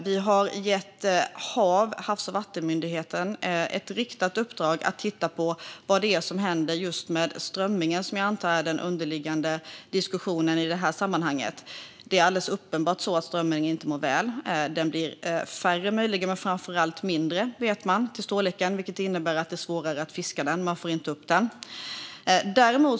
Vi har även gett HaV ett riktat uppdrag att titta på vad det är som händer med strömmingen, vilket jag antar är den underliggande diskussionen här. Det är möjligt att strömmingarna blir färre, men helt uppenbart blir de mindre till storleken, vilket gör dem svårare att fiska eftersom man inte får upp dem.